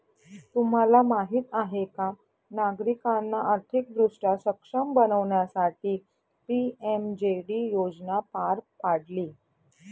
तुम्हाला माहीत आहे का नागरिकांना आर्थिकदृष्ट्या सक्षम बनवण्यासाठी पी.एम.जे.डी योजना पार पाडली